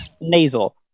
nasal